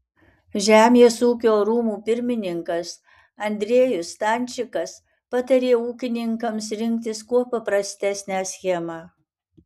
žemės ūkio rūmų pirmininkas andriejus stančikas patarė ūkininkams rinktis kuo paprastesnę schemą